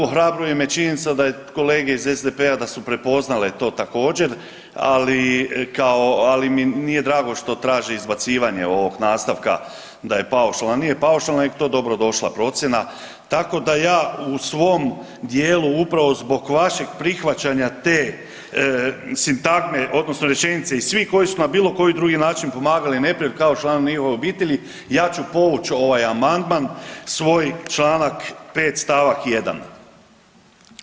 Ohrabruje me činjenica je kolege iz SDP-a da su prepoznale to također, ali kao, ali mi nije drago što traže izbacivanje ovog nastavka da je paušalan, nije paušalan nego je to dobrodošla procjena, tako da ja u svom dijelu, upravo zbog vašeg prihvaćanja te sintagme odnosno rečenice, i svi koji su na bilo koji drugi način pomagali neprijatelju kao članovi njihovih obitelji, ja ću povući ovaj amandman svoj, čl. 5. st. 1.